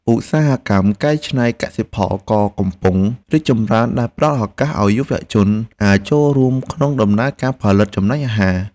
ឧស្សាហកម្មកែច្នៃកសិផលក៏កំពុងរីកចម្រើនដែលផ្តល់ឱកាសឱ្យយុវជនអាចចូលរួមក្នុងដំណើរការផលិតចំណីអាហារ។